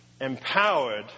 empowered